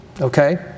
okay